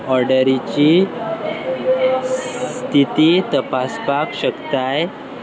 ऑर्डरीची स्थिती तपासपाक शकताय